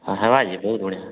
ହେବ ଯେ ବହୁତ ବଢ଼ିଆ